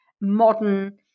modern